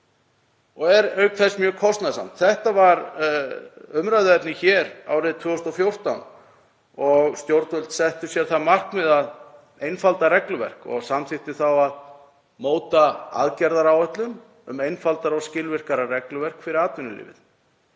og er auk þess mjög kostnaðarsamt. Þetta var umræðuefnið hér árið 2014 og stjórnvöld settu sér það markmið að einfalda regluverk og samþykktu þá að móta aðgerðaáætlun um einfaldara og skilvirkara regluverk fyrir atvinnulífið.